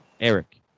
Eric